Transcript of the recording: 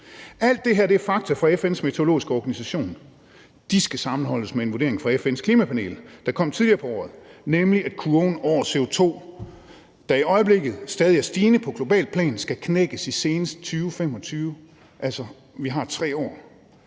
Alt det her er fakta fra FN's meteorologiske organisation. De skal sammenholdes med en vurdering fra FN's Klimapanel, der kom tidligere på året, nemlig at kurven over CO2, der i øjeblikket stadig er stigende på globalt plan, skal knækkes senest i 2025 – vi har altså